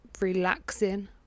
relaxing